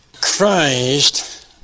Christ